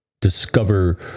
discover